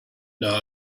now